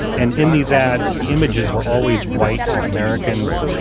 and in these ads, the images were always white americans,